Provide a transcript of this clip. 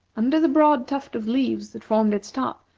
under the broad tuft of leaves that formed its top,